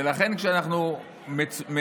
ולכן, כשאנחנו מצווים